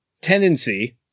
tendency